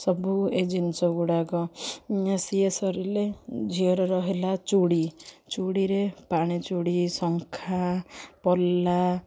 ସବୁ ଏ ଜିନିଷ ଗୁଡ଼ାକ ସିଏ ସରିଲେ ଝିଅର ରହିଲା ଚୁଡ଼ି ଚୁଡ଼ିରେ ପାଣି ଚୁଡ଼ି ଶଙ୍ଖା ପଲା